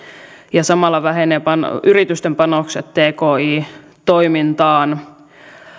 ja samalla vähenevät yritysten panokset tki toimintaan